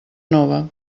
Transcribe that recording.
nova